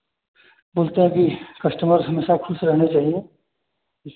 बोलते हैं कि कस्टमर हमेशा खुश रहने चाहिए